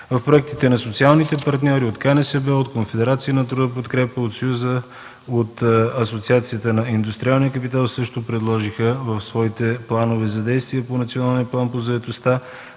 – 200 човека. Социалните партньори от КНСБ, от Конфедерацията на труда „Подкрепа”, от Асоциацията на индустриалния капитал също предложиха в своите планове за действие по Националния план за заетостта